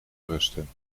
rusten